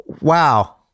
Wow